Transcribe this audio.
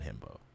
himbo